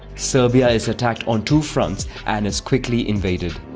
serbia is attacked on two fronts and is quickly invaded.